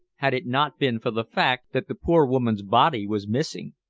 had it not been for the fact that the poor woman's body was missing.